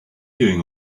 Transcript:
doing